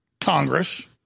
Congress